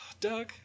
Doug